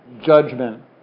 judgment